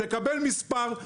תקבל מספר,